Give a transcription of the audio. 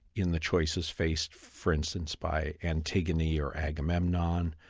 in the choices faced for instance by antigone or agamemnon,